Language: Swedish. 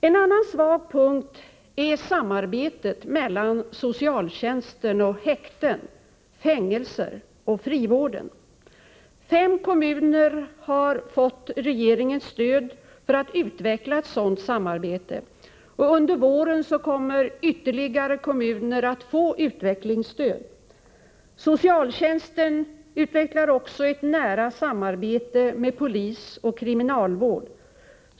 En annan svag punkt är samarbetet mellan socialtjänsten och häkten, fängelser och frivård. Fem kommuner har fått regeringens stöd för att utveckla ett sådant samarbete. Under våren kommer ytterligare kommuner att få utvecklingsstöd. Socialtjänsten utvecklar ett nära samarbete med polis och kriminalvård.